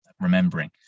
remembering